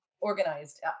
organized